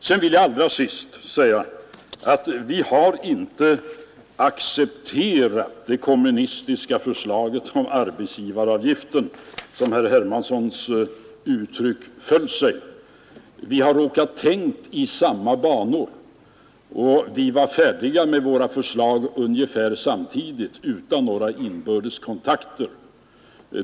Sedan vill jag slutligen säga till herr Hermansson att vi inte har accepterat det kommunistiska förslaget om arbetsgivaravgiften, som herr Hermanssons uttryck föll, utan vi har råkat tänka i samma banor, och vi var färdiga med våra förslag ungefär samtidigt utan några inbördes kontakter.